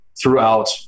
throughout